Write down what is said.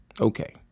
Okay